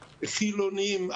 חילונים,